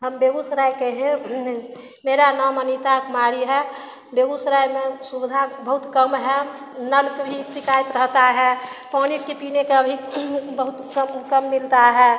हम बेगूसराय के हैं मेरा नाम अनीता कुमारी है बेगूसराय में सुविधा बहुत कम है नल के भी सिकाइत रहेता है पानी के पीने का भी बहुत कम कम मिलता है